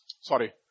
Sorry